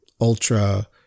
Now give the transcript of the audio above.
ultra